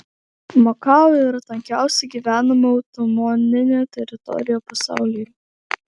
makao yra tankiausiai gyvenama autonominė teritorija pasaulyje